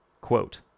quote